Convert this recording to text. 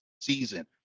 season